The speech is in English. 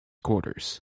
quarters